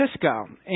Francisco